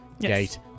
gate